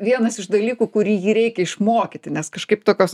vienas iš dalykų kurį jį reikia išmokyti nes kažkaip tokios